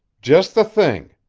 just the thing,